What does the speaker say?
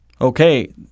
Okay